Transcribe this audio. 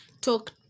talk